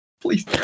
Please